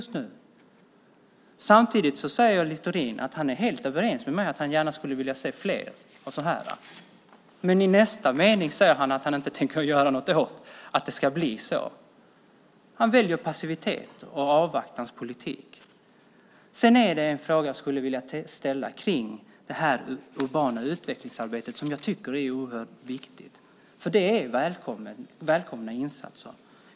Samtidigt säger Littorin att han är helt överens med mig om att han gärna skulle vilja se fler. Men i nästa mening säger han att han inte tänker göra något för att det ska bli så. Han väljer passivitet och avvaktans politik. En fråga skulle jag vilja ställa om den urbana utvecklingen, ett arbete som jag tycker är oerhört viktigt. Det är välkomna insatser.